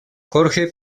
jorge